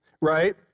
right